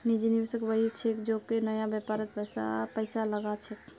निजी निवेशक वई ह छेक जेको नया व्यापारत पैसा लगा छेक